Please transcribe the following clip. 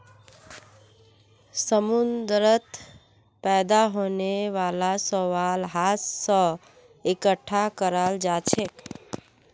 समुंदरत पैदा होने वाला शैवाल हाथ स इकट्ठा कराल जाछेक